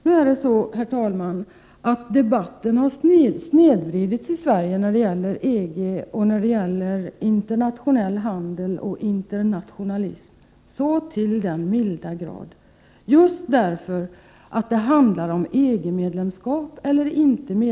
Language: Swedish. Nu är det så, herr talman, att debatten i Sverige när det gäller EG, internationell handel och internationalism har snedvridits så till den milda grad just därför att det handlar om EG-medlemskap eller inte.